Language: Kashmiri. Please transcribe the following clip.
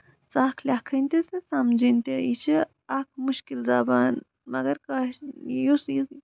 سَخ لٮ۪کھٕنۍ تہِ تہٕ سَمجِن تہِ یہِ چھِ اکھ مُشکِل زَبان مَگر یُس یہِ